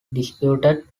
disputed